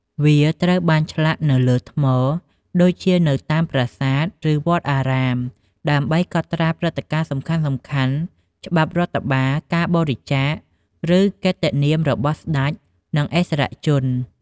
វាត្រូវបានឆ្លាក់នៅលើថ្ម ដូចជានៅតាមប្រាសាទ ឬវត្តអារាម ដើម្បីកត់ត្រាព្រឹត្តិការណ៍សំខាន់ៗ ច្បាប់រដ្ឋបាល ការបរិច្ចាគ ឬកិត្តិនាមរបស់ស្ដេច និងឥស្សរជន។